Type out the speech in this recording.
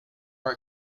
are